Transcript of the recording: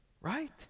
right